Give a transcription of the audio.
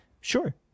Sure